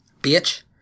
Bitch